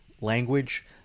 language